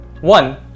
One